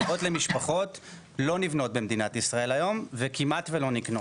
דירות למשפחות לא נבנות במדינת ישראל היום וכמעט ולא נקנות,